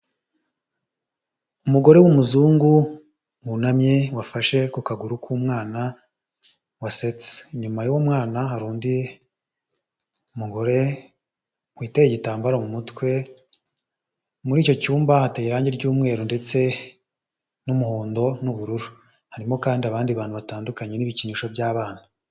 Umugore w'umuzungu wunamye wafashe ku kaguru k'umwana wasetse. Inyuma y'uwo umwana hari undi mugore witeye igitambaro mu mutwe, muri icyo cyumba hateye irangi ry'umweru ndetse n'umuhondo n'ubururu. Harimo kandi abandi bantu batandukanye n'ibikinisho by'abana.